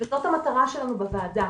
וזאת המטרה שלנו בוועדה,